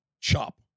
chop